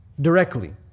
directly